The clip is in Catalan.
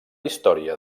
història